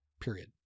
period